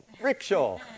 rickshaw